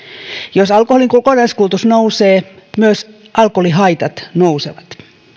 jos alkoholin kokonaiskulutus nousee myös alkoholihaitat nousevat